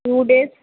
two days